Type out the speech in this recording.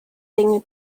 dinge